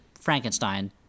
Frankenstein